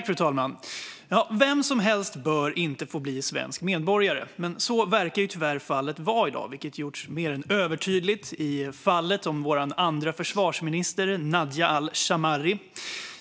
Fru talman! Vem som helst bör inte få bli svensk medborgare, men så verkar tyvärr vara fallet, vilket har gjorts mer än övertydligt i fallet med vår andra försvarsminister, Najah al-Shammari.